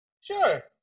sure